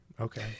Okay